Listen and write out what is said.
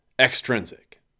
extrinsic